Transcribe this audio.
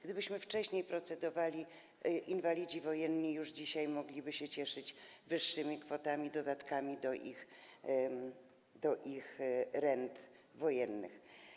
Gdybyśmy wcześniej nad tym procedowali, inwalidzi wojenni już dzisiaj mogliby się cieszyć wyższymi kwotami, dodatkami do ich rent wojennych.